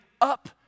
up